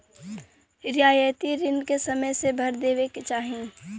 रियायती रिन के समय से भर देवे के चाही